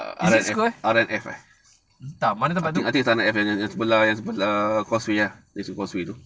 is this correct entah mana tempat tu